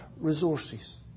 resources